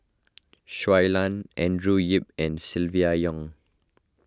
Shui Lan Andrew Yip and Silvia Yong